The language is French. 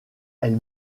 elle